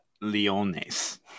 leones